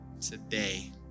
today